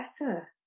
better